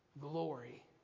glory